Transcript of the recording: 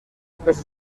peces